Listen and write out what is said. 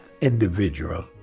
individual